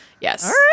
Yes